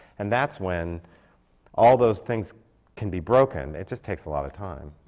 and that's when all those things can be broken. it just takes a lot of time.